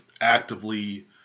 actively